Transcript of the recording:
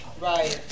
Right